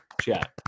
chat